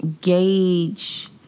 gauge